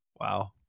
Wow